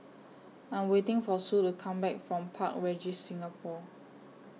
I'm waiting For Sue to Come Back from Park Regis Singapore